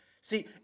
See